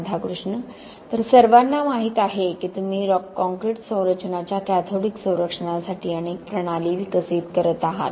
राधाकृष्ण तर सर्वांना माहीत आहे की तुम्ही काँक्रीट संरचनांच्या कॅथोडिक संरक्षणासाठी अनेक प्रणाली विकसित करत आहात